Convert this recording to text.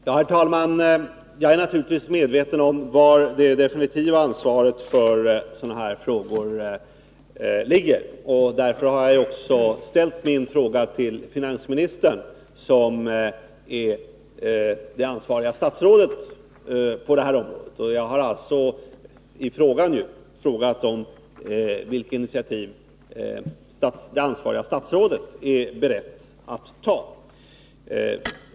" Herr talman! Jag är naturligtvis medveten om vem som har det definitiva ansvaret för sådana här frågor. Därför har jag ställt min fråga till finansministern, som är det ansvariga statsrådet på detta område. Jag har alltså här i kammaren frågat vilka initiativ det ansvariga statsrådet är beredd att ta.